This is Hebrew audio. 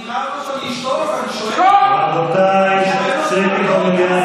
אני רק רוצה לשאול אותו, רבותיי, שקט במליאה.